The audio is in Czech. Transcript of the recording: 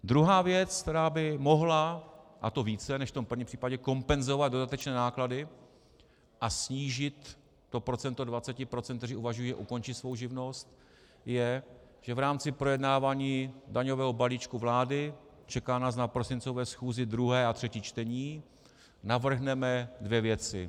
Druhá věc, která by mohla, a to více než v tom prvním případě, kompenzovat dodatečné náklady a snížit to procento 20 procent těch, kteří uvažují o ukončení své živnosti, je, že v rámci projednávání daňového balíčku vlády čeká nás na prosincové schůzi druhé a třetí čtení navrhneme dvě věci.